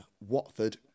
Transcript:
Watford